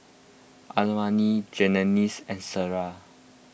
Almina Genesis and Clyda